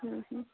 ହୁଁ ହୁଁ